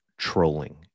trolling